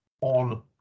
on